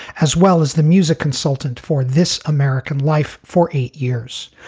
as well as the music consultant for this american life for eight years.